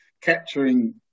capturing